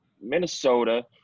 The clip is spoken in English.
Minnesota